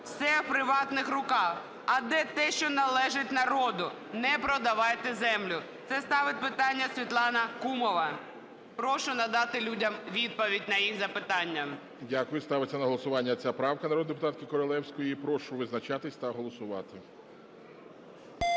все в приватних руках. А де те, що належить народу? Не продавайте землю". Це ставить питання Світлана Кумова. Прошу надати людям відповідь на їх запитання. ГОЛОВУЮЧИЙ. Дякую. Ставиться на голосування ця правка народної депутатки Королевської. Прошу визначатись та голосувати.